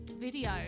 video